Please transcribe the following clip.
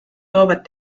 toovad